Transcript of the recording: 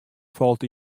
falt